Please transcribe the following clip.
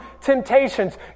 temptations